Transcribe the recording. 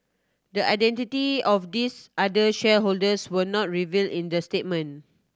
the identity of these other shareholders were not revealed in the statement